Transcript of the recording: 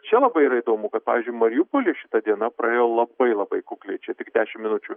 čia labai yra įdomu kad pavyzdžiui mariupoly šita diena praėjo labai labai kukliai čia tik dešim minučių